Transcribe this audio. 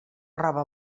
roba